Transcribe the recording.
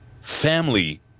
Family